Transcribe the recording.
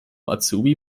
azubi